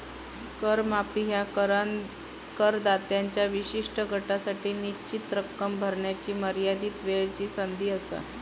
कर माफी ह्या करदात्यांच्या विशिष्ट गटासाठी निश्चित रक्कम भरण्याची मर्यादित वेळची संधी असा